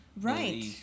Right